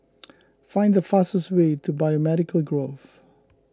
find the fastest way to Biomedical Grove